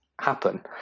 happen